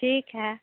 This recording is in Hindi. ठीक है